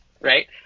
right